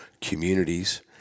communities